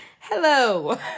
Hello